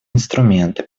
инструменты